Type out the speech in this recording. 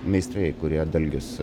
meistrai kurie dalgius